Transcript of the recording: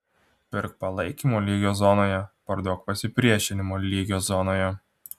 pirk palaikymo lygio zonoje parduok pasipriešinimo lygio zonoje